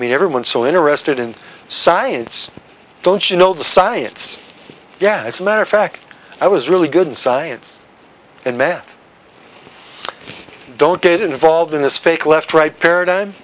mean everyone so interested in science don't you know the science yeah it's a matter of fact i was really good in science and math don't get involved in this fake left right paradigm